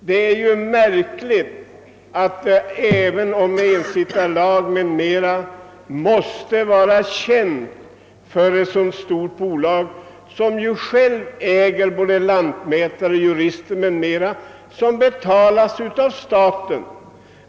Detta är desto märkligare som ett så stort bolag väl måste känna till innehållet i ensittarlagen, då det ju självt har tillgång till både lantmätare och jurister — vilka betalas av staten!